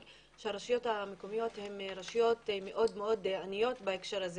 שהרשויות המקומיות הן רשויות מאוד מאוד עניות בהקשר הזה